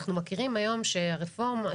אנחנו מכירים היום שהרפורמה,